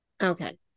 Okay